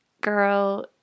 girl